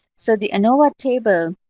so the anova table